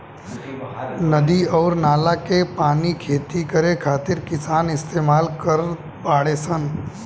नदी अउर नाला के पानी खेती करे खातिर किसान इस्तमाल करत बाडे सन